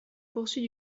poursuit